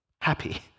happy